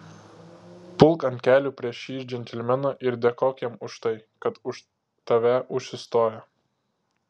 pulk ant kelių prieš šį džentelmeną ir dėkok jam už tai kad už tave užsistoja